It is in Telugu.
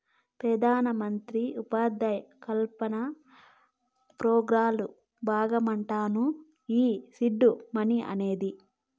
పెదానమంత్రి ఉపాధి కల్పన పోగ్రాంల బాగమంటమ్మను ఈ సీడ్ మనీ అనేది